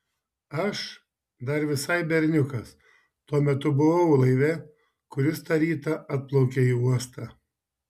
aš dar visai berniukas tuo metu buvau laive kuris tą rytą atplaukė į uostą